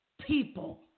people